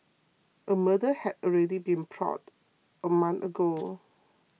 a murder had already been plotted a month ago